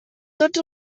tots